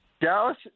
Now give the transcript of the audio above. Dallas